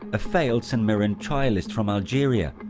a failed st. mirren trialist from algeria.